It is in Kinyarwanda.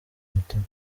umutima